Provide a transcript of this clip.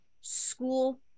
school